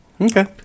Okay